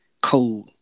code